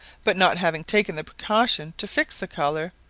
but not having taken the precaution to fix the colour,